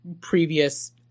previous